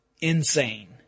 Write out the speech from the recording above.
insane